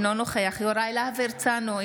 אינו נוכח יוראי להב הרצנו,